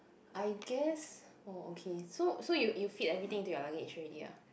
I guess oh okay so so you you fit everything into your luggage already ah